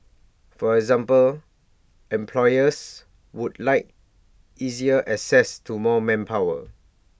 for example employers would like easier access to more manpower